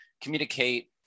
communicate